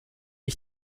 ich